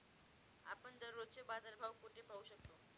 आपण दररोजचे बाजारभाव कोठे पाहू शकतो?